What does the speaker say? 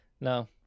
No